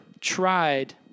tried